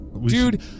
Dude